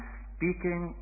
speaking